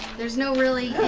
there's no really